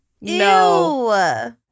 No